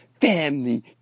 family